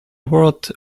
world